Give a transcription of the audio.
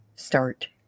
start